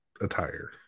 attire